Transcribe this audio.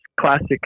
classic